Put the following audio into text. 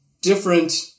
different